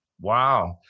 Wow